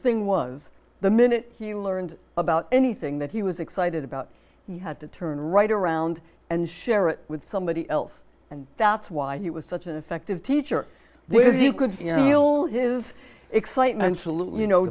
thing was the minute he learned about anything that he was excited about he had to turn right around and share it with somebody else and that's why he was such an effective teacher because you could feel his excitement